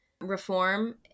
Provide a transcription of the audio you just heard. reform